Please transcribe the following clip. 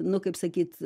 nu kaip sakyt